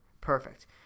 Perfect